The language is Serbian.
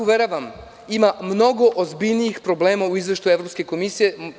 Uveravam vas, ima mnogo ozbiljnijih problema u izveštaju Evropske komisije.